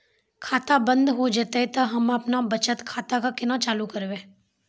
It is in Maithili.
खाता बंद हो जैतै तऽ हम्मे आपनौ बचत खाता कऽ केना चालू करवै?